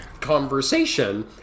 conversation